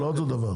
לא אותו דבר.